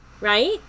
right